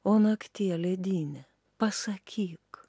o naktie ledine pasakyk